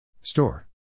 Store